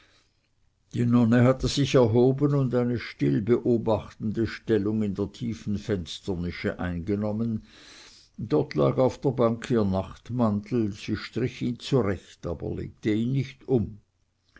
die nonne hatte sich erhoben und eine still beobachtende stellung in der tiefen fensternische eingenommen dort lag auf der bank ihr nachtmantel sie strich ihn zurecht aber legte ihn nicht um